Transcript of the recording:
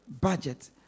budget